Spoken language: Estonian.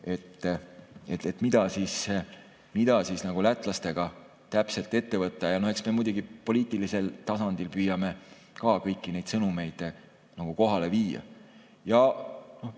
et mida siis lätlastega täpselt ette võtta. Eks me muidugi poliitilisel tasandil püüame ka kõiki neid sõnumeid kohale viia.